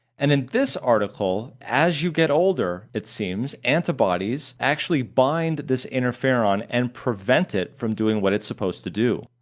and in this article as you get older it seems antibodies actually bind this interferon and prevent it from doing what it's supposed to do.